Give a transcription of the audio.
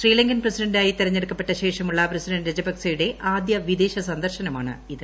ശ്രീലങ്കൻ പ്രസിഡന്റായി തെരഞ്ഞെടുക്കപ്പെട്ട ശേഷമുള്ള പ്രസിഡന്റ് രജപക്സെയുടെ ആദ്യ വിദേശ സന്ദർശനമാണ് ഇത്